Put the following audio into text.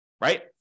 Right